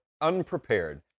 unprepared